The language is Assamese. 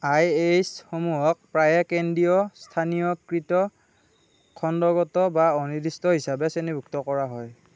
আই এইচসমূহক প্ৰায়ে কেন্দ্ৰীয় স্থানীয়কৃত খণ্ডগত বা অনিৰ্দিষ্ট হিচাপে শ্ৰেণীভুক্ত কৰা হয়